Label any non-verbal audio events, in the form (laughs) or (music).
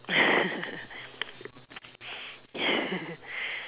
(laughs)